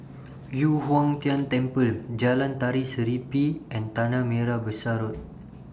Yu Huang Tian Temple Jalan Tari Serimpi and Tanah Merah Besar Road